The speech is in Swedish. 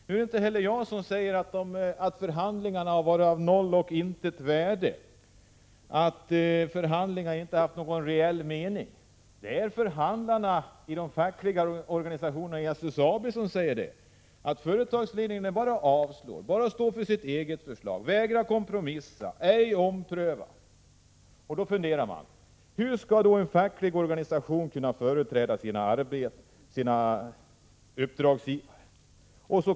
Det är inte jag som säger att förhandlingarna har varit av noll och intet a värde och att förhandlingarna inte haft någon reell mening. Det är förhandlarna inom de fackliga organisationerna i SSAB som säger att företagsledningarna bara står för sitt eget förslag, vägrar att kompromissa och omprövar ingenting. Då funderar man: Hur skall en facklig organisation kunna företräda sina uppdragsgivare?